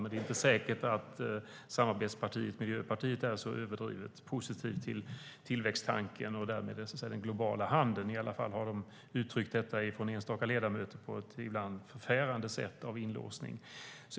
Men det är inte säkert att samarbetspartiet Miljöpartiet är så överdrivet positivt till tillväxttanken och därmed den globala handeln. I varje fall har ibland enstaka ledamöter uttryckt detta med inlåsning på ett förfärande sätt.